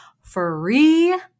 free